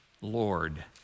Lord